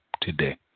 today